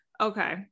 Okay